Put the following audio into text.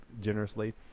generously